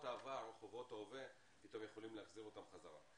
העבר או חובות ההווה פתאום יכולים להחזיר אותם בחזרה.